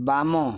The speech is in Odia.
ବାମ